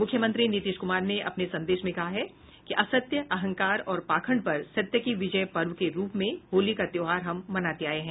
मुख्यमंत्री नीतीश कुमार ने अपने संदेश में कहा है कि असत्य अहंकार और पाखंड पर सत्य की विजय पर्व के रूप में होली का त्योहार हम मनाते आये हैं